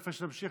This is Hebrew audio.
לפני שתמשיך,